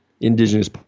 indigenous